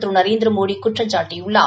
திரு நரேந்திரமோடி குற்றம்சாட்டியுள்ளார்